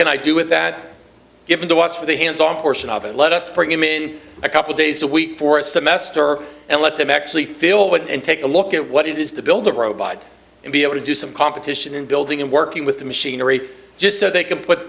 can i do with that given to us with a hands on portion of it let us bring him in a couple days a week for a semester and let them actually fill it and take a look at what it is to build a robot and be able to do some competition in building and working with the machinery just so they can put